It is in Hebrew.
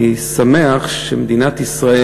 אני שמח שמדינת ישראל,